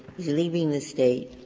leaving the state